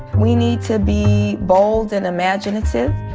we need to be bold and imaginative.